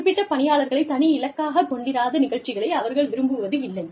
குறிப்பிட்ட பார்வையாளர்களை தனி இலக்காகக் கொண்டிராத நிகழ்ச்சிகளை அவர்கள் விரும்புவதில்லை